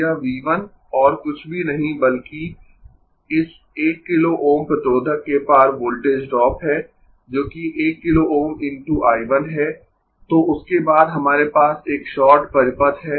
तो यह V 1 और कुछ भी नहीं बल्कि इस 1 किलो Ω प्रतिरोधक के पार वोल्टेज ड्रॉप है जोकि 1 किलो Ω × I 1 है तो उसके बाद हमारे पास एक शॉर्ट परिपथ है